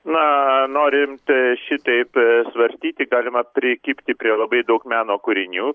na norint šitaip svarstyti galima prikibti prie labai daug meno kūrinių